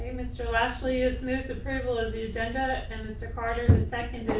and mr. lashley. it's moved approval of the agenda and mr. carter the second.